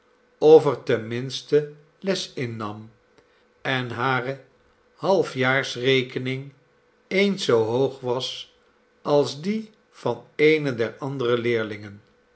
er ten minste les in nam en hare halfjaarsrekening eens zoo hoog was als die van eene der andere leerlingen